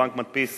הבנק מדפיס